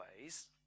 ways